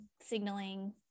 signaling